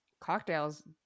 cocktails